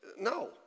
no